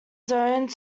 zoned